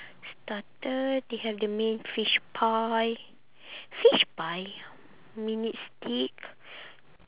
starter they have the main fish pie fish pie minute steak